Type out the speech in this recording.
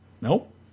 Nope